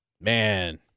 Man